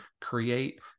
create